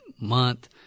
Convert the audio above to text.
month